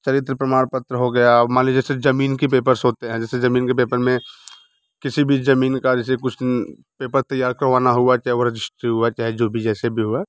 चरित्र प्रमाण पत्र हो गया और मान लीजिए सिर्फ़ ज़मीन के पेपर्स होते हैं जैसे ज़मीन के पेपर में किसी भी ज़मीन का जैसे कुछ पेपर तैयार करवाना हुआ चाहे वो रजिस्ट्री हुआ चाहे जो भी जैसे भी हुआ